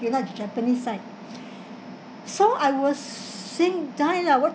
you know the japanese side so I was saying die lah what